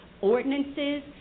ordinances